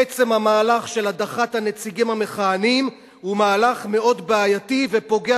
עצם המהלך של הדחת הנציגים המכהנים הוא מהלך מאוד בעייתי ופוגע